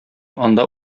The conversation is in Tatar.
анда